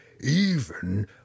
even